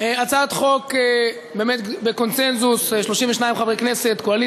ואת חבר הכנסת מיקי